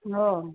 ও